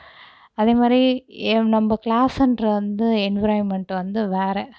அதே மாதிரி ய நம்ப க்ளாஸுன்றது வந்து என்விரான்மெண்ட்டு வந்து வேறு